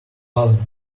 pass